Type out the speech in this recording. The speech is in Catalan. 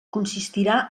consistirà